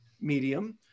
medium